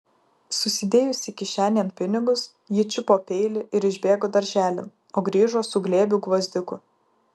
susidėjusi kišenėn pinigus ji čiupo peilį ir išbėgo darželin o grįžo su glėbiu gvazdikų